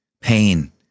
pain